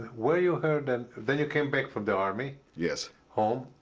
where you heard and then you came back from the army? yes. home?